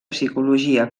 psicologia